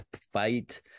fight